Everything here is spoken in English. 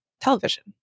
television